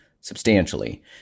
substantially